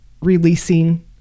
releasing